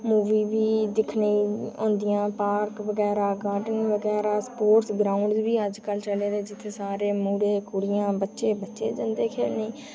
मूवियां बी दिक्खने गी होंदियां पार्क बगैरा गॉर्डन बगैरा स्पोर्टस बगैरा बी अजकल दे जित्थें सारे मुड़े कुड़ियां बच्चे बच्चे जंदे खेढने गी